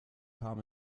kam